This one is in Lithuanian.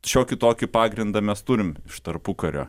šiokį tokį pagrindą mes turim iš tarpukario